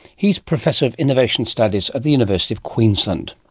he's professor of innovation studies at the university of queensland.